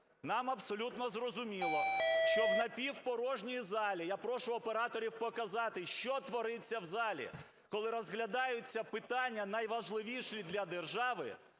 нам абсолютно зрозуміло, що в напівпорожній залі, я прошу операторів показати, що твориться в залі, коли розглядаються питання найважливіші для держави,